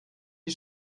die